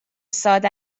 ساده